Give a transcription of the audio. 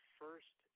first